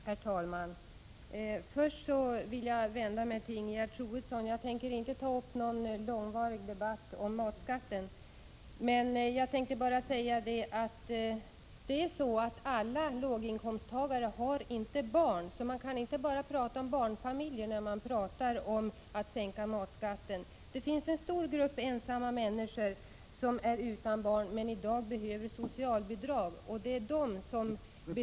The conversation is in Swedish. Herr talman! Först vill jag vända mig till Ingegerd Troedsson. Jag tänker inte ta upp någon långvarig debatt om matskatten, men jag vill ändå säga: Det är inte så att alla låginkomsttagare har barn. Man kan inte bara tala om barnfamiljer, när man talar om att sänka matskatten. Det finns en stor grupp ensamma människor utan barn som i dag behöver socialbidrag. Det ärde.